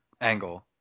angle